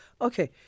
Okay